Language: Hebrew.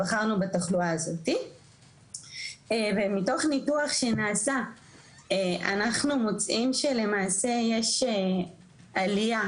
בחרנו בתחלואה הזאתי ומתוך ניתוח שנעשה אנחנו מוצאים שלמעשה יש עלייה